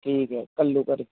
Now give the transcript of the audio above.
ਠੀਕ ਹੈ ਘੱਲੂਘਾਰੇ